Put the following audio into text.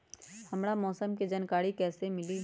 हमरा मौसम के जानकारी कैसी मिली?